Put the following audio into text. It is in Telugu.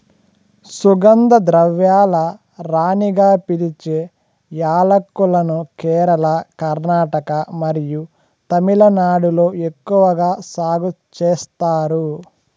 సుగంధ ద్రవ్యాల రాణిగా పిలిచే యాలక్కులను కేరళ, కర్ణాటక మరియు తమిళనాడులో ఎక్కువగా సాగు చేస్తారు